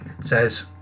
says